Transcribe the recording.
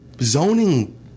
zoning